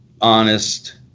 honest